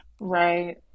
Right